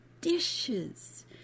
dishes